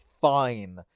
fine